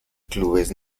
clubes